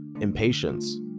impatience